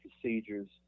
procedures